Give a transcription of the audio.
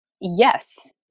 Yes